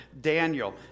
Daniel